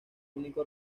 único